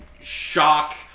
shock